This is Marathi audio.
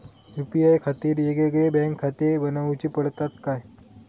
यू.पी.आय खातीर येगयेगळे बँकखाते बनऊची पडतात काय?